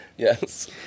Yes